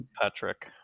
Patrick